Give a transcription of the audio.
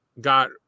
got